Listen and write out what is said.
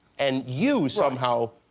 and you somehow,